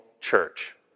church